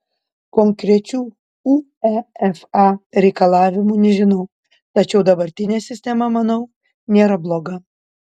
konkrečių uefa reikalavimų nežinau tačiau dabartinė sistema manau nėra bloga